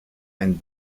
ein